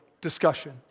discussion